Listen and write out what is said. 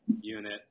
unit